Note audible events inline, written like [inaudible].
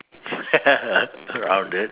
[laughs] crowded